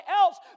else